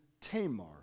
Tamar